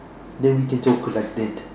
then we can talk like that